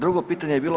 Drugo pitanje je bilo